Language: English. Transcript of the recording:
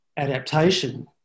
Adaptation